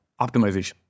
optimization